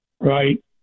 right